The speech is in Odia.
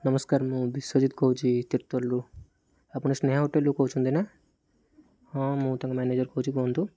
ନମସ୍କାର ମୁଁ ବିଶ୍ୱଜିତ କହୁଛି ତିର୍ତ୍ତୋଲରୁ ଆପଣ ସ୍ନେହା ହୋଟେଲରୁ କହୁଛନ୍ତି ନା ହଁ ମୁଁ ତାଙ୍କ ମ୍ୟାନେଜର୍ କହୁଛି କୁହନ୍ତୁ